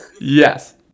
Yes